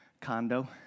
condo